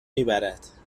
میبرد